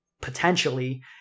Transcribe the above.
potentially